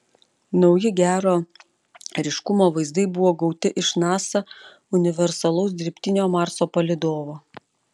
nauji gero ryškumo vaizdai buvo gauti iš nasa universalaus dirbtinio marso palydovo